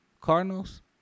Cardinals